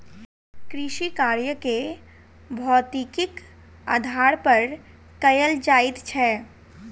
कृषिकार्य के भौतिकीक आधार पर कयल जाइत छै